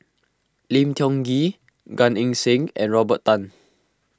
Lim Tiong Ghee Gan Eng Seng and Robert Tan